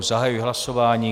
Zahajuji hlasování.